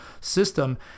system